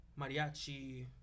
mariachi